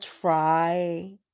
try